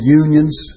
unions